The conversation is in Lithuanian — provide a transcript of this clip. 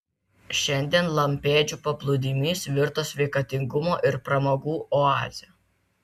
šiandien lampėdžių paplūdimys virto sveikatingumo ir pramogų oaze